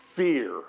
Fear